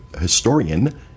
historian